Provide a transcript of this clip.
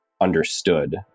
understood